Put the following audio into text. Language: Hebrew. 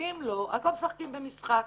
ואם לא, לא משחקים במשחק.